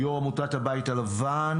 יו"ר עמותת הבית הלבן,